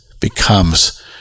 becomes